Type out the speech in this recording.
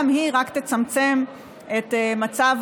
גם היא רק תצמצם את מצב